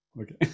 Okay